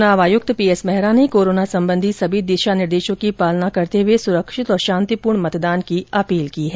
चुनाव आयुक्त पीएस मेहरा ने कोरोना संबंधी सभी दिशा निर्देशों की पालना करते हुये सुरक्षित और शांतिपूर्ण मतदान की अपील की है